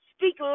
Speak